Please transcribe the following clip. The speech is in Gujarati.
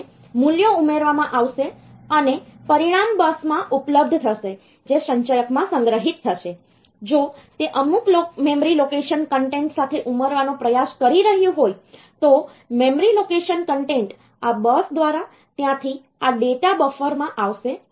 પરિણામે મૂલ્યો ઉમેરવામાં આવશે અને પરિણામ બસમાં ઉપલબ્ધ થશે જે સંચયકમાં સંગ્રહિત થશે જો તે અમુક મેમરી લોકેશન કન્ટેન્ટ સાથે ઉમેરવાનો પ્રયાસ કરી રહ્યું હોય તો મેમરી લોકેશન કન્ટેન્ટ આ બસ દ્વારા ત્યાંથી આ ડેટા બફર માં આવશે